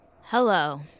Hello